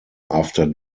after